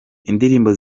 indirimbo